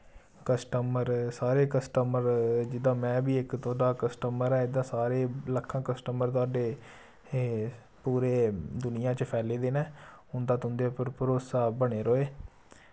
customer सारे customer जिदा में बी इक थुआढ़ा कस्टमर ऐ इदा सारे लक्खां कस्टमर थुआढ़े एह् पूरे दुनिया च फैले दे न उं'दा तुंदे पर भरोसा बने दा रवै